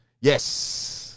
Yes